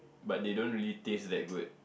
but they don't really taste that good